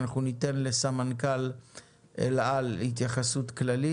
אנחנו ניתן לסמנכ"ל אל על התייחסות כללית